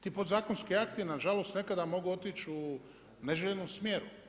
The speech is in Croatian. Ti podzakonski akti nažalost nekada mogu otići u neželjenom smjeru.